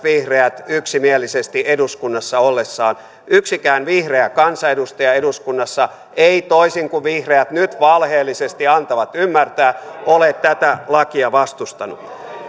vihreät yksimielisesti eduskunnassa ollessaan yksikään vihreä kansanedustaja eduskunnassa ei toisin kuin vihreät nyt valheellisesti antavat ymmärtää ole tätä lakia vastustanut